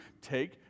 take